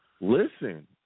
Listen